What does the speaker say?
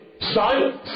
Silence